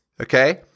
okay